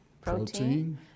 protein